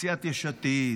סיעת יש עתיד,